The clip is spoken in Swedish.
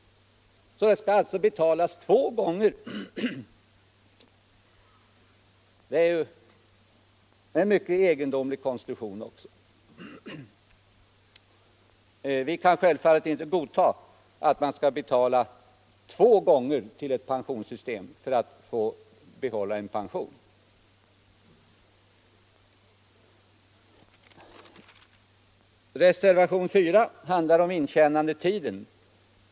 Betalningen skall alltså ske två gånger, vilket är en mycket egendomlig konstruktion. Vi kan självfallet inte godta att man skall betala två gånger till ett pensionssystem för att få behålla en pension. Reservationen 4 handlar om intjänandetiden.